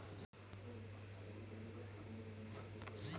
गोपालन करे बदे कवन कवन व्यवस्था कइल जरूरी ह?